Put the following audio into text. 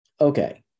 okay